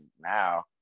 now